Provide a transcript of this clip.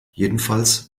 jedenfalls